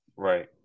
Right